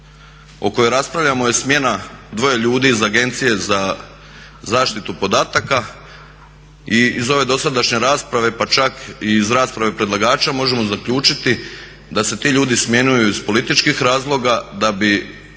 o kojoj raspravljamo je smjena dvoje ljudi iz AZOP-a i iz ove dosadašnje rasprava pa čak i iz rasprave predlagača možemo zaključiti da se ti ljudi smjenjuju iz političkih razloga da bi